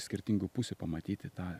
skirtingų pusių pamatyti tą